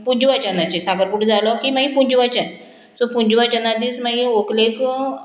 पुंजवचनाचें साकरपुडो जालो की मागीर पुंजवचन सो पुंजवचना दीस मागीर व्हंकलेक